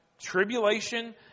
Tribulation